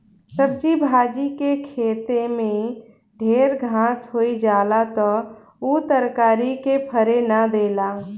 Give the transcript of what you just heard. सब्जी भाजी के खेते में ढेर घास होई जाला त उ तरकारी के फरे ना देला